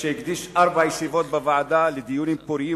שהקדיש ארבע ישיבות בוועדה לדיונים פוריים